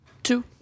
Two